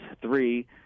Three